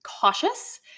cautious